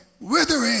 withering